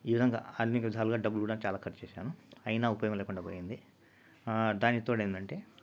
ఈ విధంగా అన్ని విధాలుగా డబ్బు కూడా చాలా ఖర్చు చేశాను అయినా ఉపయోగం లేకుండా పోయింది దానికి తోడు ఏందంటే